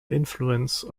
influence